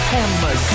Hammer